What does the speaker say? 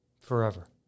Forever